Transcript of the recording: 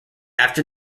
after